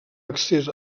accés